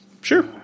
Sure